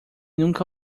nunca